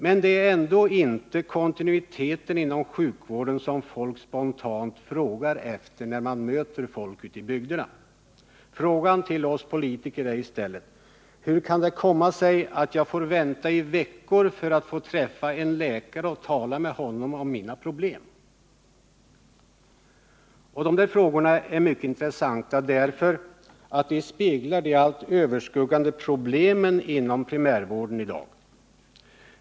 Men det är ändå inte kontinviteten inom sjukvården som foll, spontant frågar efter, när man möter dem ute i bygderna. Frågan till oss politiker är i stället: Hur kan det komma sig att jag får vänta i veckor för att få träffa en läkare och tala med honom om mina problem? De här frågorna är mycket intressanta, för de avspeglar de allt överskuggande problemen inom primärvården i dag.